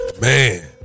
Man